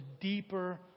deeper